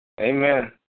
Amen